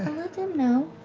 him know,